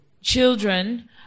children